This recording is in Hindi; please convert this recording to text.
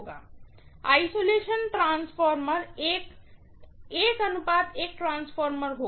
पृथक आइसोलेशन ट्रांसफार्मर एक 1 1 ट्रांसफॉर्मर होगा